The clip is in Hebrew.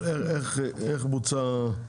הממוצע.